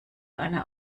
eine